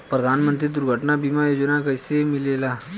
प्रधानमंत्री दुर्घटना बीमा योजना कैसे मिलेला?